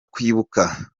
kwibuka